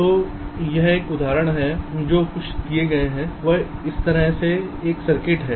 तो यह उदाहरण जो कुछ भी दिया गया है वह इस तरह से एक सर्किट है